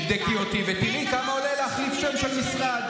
תבדקי אותי ותראי כמה עולה להחליף שם של משרד.